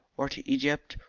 or to egypt,